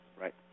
Right